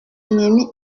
ennemis